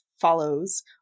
follows